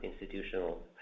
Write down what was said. institutional